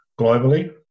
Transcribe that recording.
globally